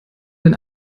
den